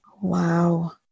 Wow